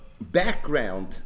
background